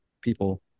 people